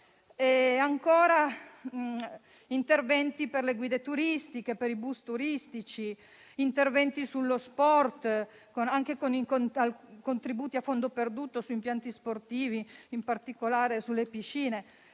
Ancora, interventi per le guide turistiche e per i bus turistici, interventi sullo sport, con contributi a fondo perduto anche su impianti sportivi, in particolare sulle piscine,